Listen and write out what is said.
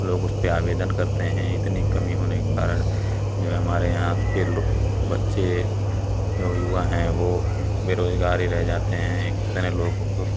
लोग उसपर आवेदन करते हैं इतनी कमी होने के कारण जो है हमारे यहाँ के लोग बच्चे जो युवा हैं वे बेरोज़गार ही रह जाते हैं इतने लोगों को